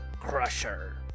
Crusher